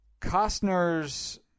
Costner's